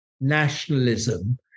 nationalism